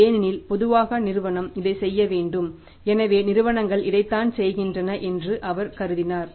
ஏனெனில் பொதுவாக நிறுவனம் இதை செய்ய வேண்டும் எனவே நிறுவனங்கள் இதைத்தான் செய்கின்றன என்று அவர் கருதினார்